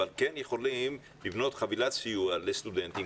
אבל כן יכולים לבנות חבילת סיוע לסטודנטים,